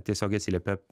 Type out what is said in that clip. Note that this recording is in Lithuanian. tiesiogiai atsiliepia